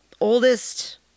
Oldest